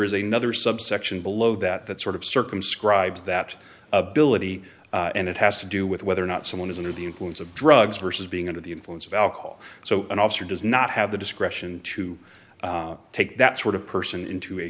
is a nother subsection below that that sort of circumscribed that ability and it has to do with whether or not someone is under the influence of drugs versus being under the influence of alcohol so an officer does not have the discretion to take that sort of person into a